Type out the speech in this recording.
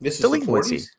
delinquency